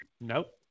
Nope